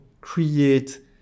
create